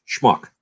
Schmuck